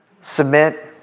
Submit